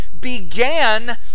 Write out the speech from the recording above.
began